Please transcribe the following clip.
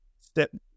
step